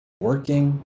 working